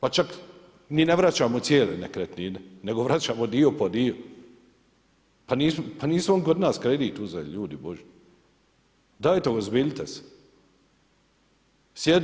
pa čak ni ne vraćamo cijele nekretnine, nego vraćamo dio po dio, pa nismo kod nas kredit uzeli, ljudi božji, dajte uozbiljite se.